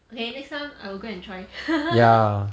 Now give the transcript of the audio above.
okay next time I will go and try